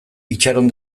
itxaron